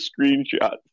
screenshots